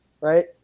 right